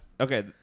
Okay